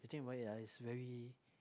you think about it ah very